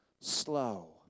slow